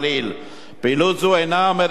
פעילות זו אינה עומדת בפני עצמה אלא היא